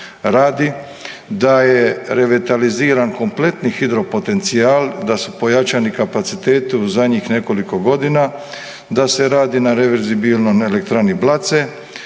radi da je revitaliziran kompletni hidropotencijal, da su pojačani kapaciteti u zadnjih nekoliko godina, da se radi na reverzibilnom na elektrani Blace,